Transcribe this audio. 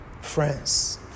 friends